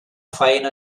faena